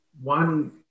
one